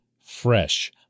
fresh